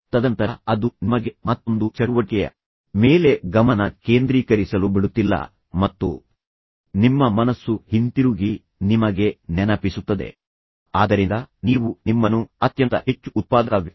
ತದನಂತರ ಅದು ನಿಮಗೆ ಮತ್ತೊಂದು ಚಟುವಟಿಕೆಯ ಮೇಲೆ ಗಮನ ಕೇಂದ್ರೀಕರಿಸಲು ಬಿಡುತ್ತಿಲ್ಲ ಮತ್ತು ನಿಮ್ಮ ಮನಸ್ಸು ಹಿಂತಿರುಗಿ ನಿಮಗೆ ನೆನಪಿಸುತ್ತದೆ ನೀವು ಅದನ್ನು ಅಪೂರ್ಣವಾಗಿ ಬಿಟ್ಟಿದ್ದೀರಿ ಮತ್ತು ನಂತರ ನೀವು ನಿಮ್ಮ ಹೆಚ್ಚಿನ ಸಮಯವನ್ನು ಇದಕ್ಕಾಗಿ ವ್ಯಯಿಸುತ್ತಿದ್ದೀರಿ